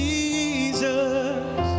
Jesus